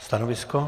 Stanovisko?